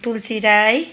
Tulsi Rai